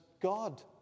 God